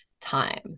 time